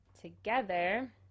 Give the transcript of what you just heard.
together